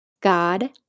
God